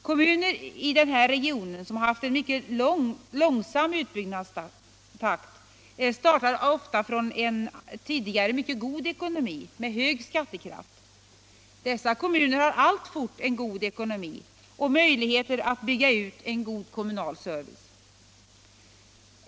Kommuner i den här regionen som haft en mycket långsam utbyggnadstakt startar ofta från en tidigare mycket god ekonomi med hög skattekraft. Dessa kommuner har alltfort en god ekonomi och möjligheter att bygga ut en kommunal service.